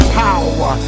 power